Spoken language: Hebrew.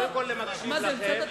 אתה ממציא תקנון עכשיו?